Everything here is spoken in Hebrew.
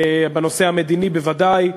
בנושא המדיני בוודאי,